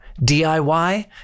DIY